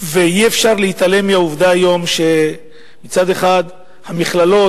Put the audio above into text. ואי-אפשר להתעלם מהעובדה שמצד אחד המכללות